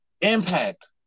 impact